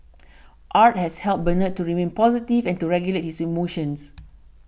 art has helped Bernard to remain positive and to regulate his emotions